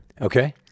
Okay